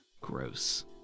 Gross